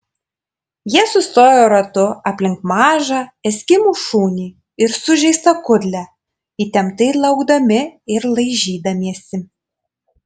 jie sustojo ratu aplink mažą eskimų šunį ir sužeistą kudlę įtemptai laukdami ir laižydamiesi